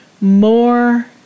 more